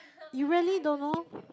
you really don't know